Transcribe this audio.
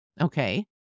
Okay